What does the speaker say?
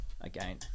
Again